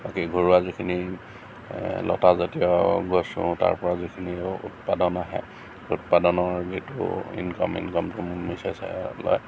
বাকী ঘৰুৱা যিখিনি লতা জাতীয় গছ ৰোও তাৰ পৰা যিখিনি উৎপাদান আহে উৎপাদানৰ যিটো ইনকম সেইটো মোৰ মিচেছে লয়